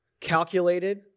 calculated